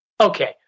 Okay